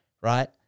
right